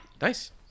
nice